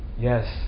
yes